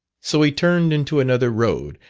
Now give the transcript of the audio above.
so he turned into another road,